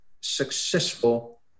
successful